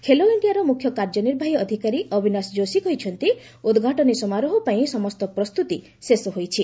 ଖେଲୋ ଇଣ୍ଡିଆର ମୁଖ୍ୟ କାର୍ଯ୍ୟନିର୍ବାହୀ ଅଧିକାରୀ ଅବିନାଶ ଜୋଶୀ କହିଛନ୍ତି ଉଦ୍ଘାଟନୀ ସମାରୋହପାଇଁ ସମସ୍ତ ପ୍ରସ୍ତୁତି ଶେଷ ହୋଇଛି